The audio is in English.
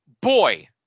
boy